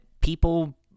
People